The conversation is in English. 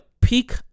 peak